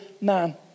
man